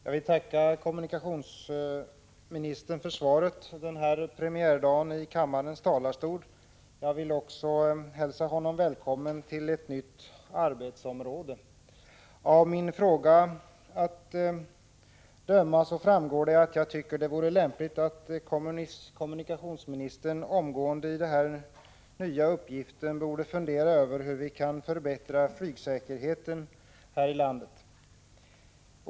Herr talman! Jag vill på kommunikationsministerns premiärdag i kammarens talarstol tacka för svaret på min fråga. Jag vill också hälsa honom välkommen till ett nytt arbetsområde. Av min fråga framgår att jag tycker att det vore lämpligt att kommunikationsministern omgående i sitt nya arbete funderade över hur vi skall kunna förbättra flygsäkerheten här i landet.